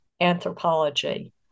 anthropology